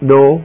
no